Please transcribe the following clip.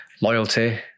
loyalty